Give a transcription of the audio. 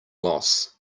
loss